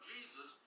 Jesus